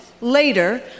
later